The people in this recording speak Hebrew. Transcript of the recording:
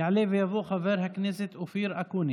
יעלה ויבוא חבר הכנסת אופיר אקוניס.